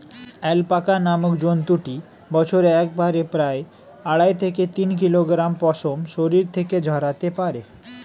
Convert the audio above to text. alpaca নামক জন্তুটি বছরে একবারে প্রায় আড়াই থেকে তিন কিলোগ্রাম পশম শরীর থেকে ঝরাতে পারে